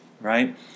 right